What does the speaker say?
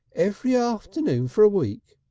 every afternoon for a week!